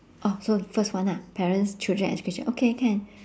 oh so first one ha parents children education okay can